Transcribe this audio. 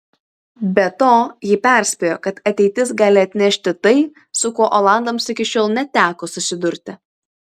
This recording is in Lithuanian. be to ji perspėjo kad ateitis gali atnešti tai su kuo olandams iki šiol neteko susidurti